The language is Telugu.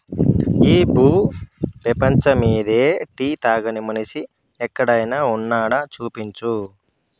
ఈ భూ పేపంచమ్మీద టీ తాగని మనిషి ఒక్కడైనా వున్నాడా, చూపించు